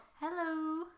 Hello